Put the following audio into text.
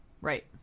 Right